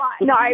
No